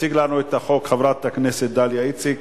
תציג לנו את החוק חברת הכנסת דליה איציק.